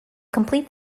complete